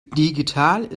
digital